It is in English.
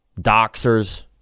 doxers